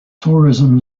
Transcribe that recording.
tourism